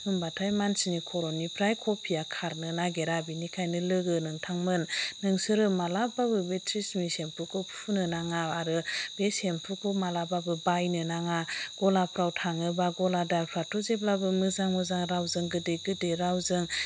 होनबाथाय मानसिनि खर'निफ्राय खावफिया खारनो नागिरा बेनिखायनो लोगो नोंथांमोन नोंसोरो मालाबाबो बे ट्रेजेम्मे सेम्पुखौ फुननो नाङा आरो बे सेम्पुखौ मालाबाबो बायनो नाङा गलाफोराव थाङोबा गलादारफ्राथ' जेब्लाबो मोजां मोजां रावजों गोदै गोदै रावजों